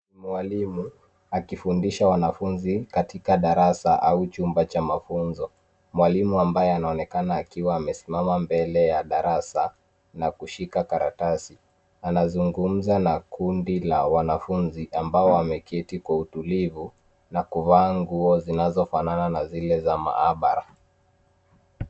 Mwalimu akifundisha wanafunzi katika darasa au chumba cha mafunzo. Mwalimu ambaye anaonekana akiwa amesimama mbele ya darasa na kushika karatasi. Anazungumza na kundi la wanafunzi ambao wameketi kwa utulivu na kuvaa nguo zinazo fanana na zile za maabara.